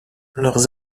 leurs